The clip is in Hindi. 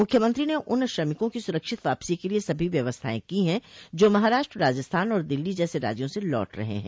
मुख्यमंत्री ने उन श्रमिकों की सुरक्षित वापसी के लिए सभी व्यवस्थाएं की हैं जो महाराष्ट्र राजस्थान और दिल्ली जैसे राज्यों से लौट रहे हैं